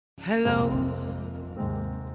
Hello